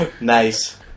Nice